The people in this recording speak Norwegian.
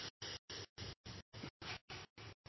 tak